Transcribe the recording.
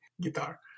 guitar